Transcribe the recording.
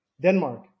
Denmark